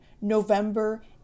november